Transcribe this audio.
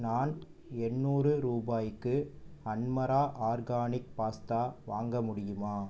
நான் எண்நூறு ரூபாய்க்கு அன்மரா ஆர்கானிக் பாஸ்தா வாங்க முடியுமா